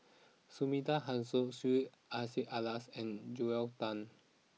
Sumida Haruzo Syed Hussein Alatas and Joel Tan